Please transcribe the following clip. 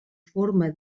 forma